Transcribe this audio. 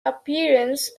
apprentice